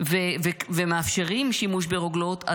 ומאפשרים שימוש ברוגלות,